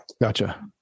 Gotcha